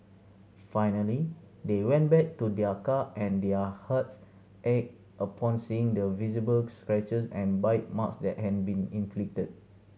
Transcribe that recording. finally they went back to their car and their hearts ached upon seeing the visible scratches and bite marks that had been inflicted